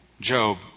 Job